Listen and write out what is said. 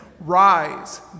Rise